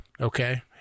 Okay